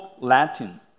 Latin